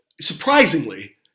surprisingly